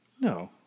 No